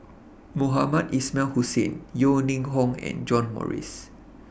Mohamed Ismail Hussain Yeo Ning Hong and John Morrice